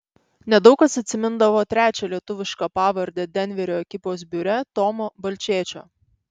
nedaug kas atsimindavo trečią lietuvišką pavardę denverio ekipos biure tomo balčėčio